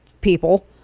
people